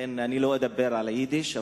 לכן לא אדבר על היידיש.